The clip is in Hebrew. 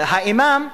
האימאם,